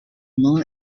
known